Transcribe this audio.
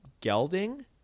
Gelding